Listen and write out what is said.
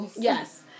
Yes